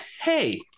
hey